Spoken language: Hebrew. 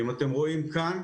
אתם רואים כאן,